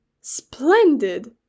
Splendid